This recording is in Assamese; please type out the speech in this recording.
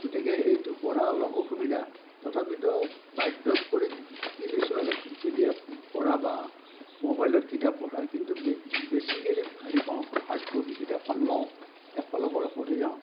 গতিকে এইটো পঢ়া অলপ অসুবিধা তথাপিতো বাধ্যত পৰি শিকি লৈছো আৰু পি ডি এফ পঢ়া বা মোবাইলত কিতাপ পঢ়া কিন্তু বেছিকেলি হেৰি পাওঁ হাৰ্ড কপি কিতাপখন লওঁ একফালৰ পৰা পঢ়ি যাওঁ